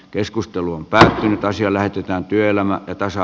keskustelu on päätynyt asia lähetetään työelämä ja tasa